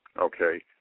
Okay